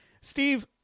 Steve